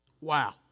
Wow